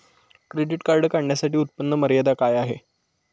Credit card काढण्यासाठी उत्पन्न मर्यादा काय आहे?